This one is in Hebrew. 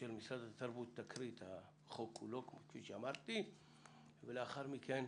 אותו לא מעט פעמים ונלחמתי עליו,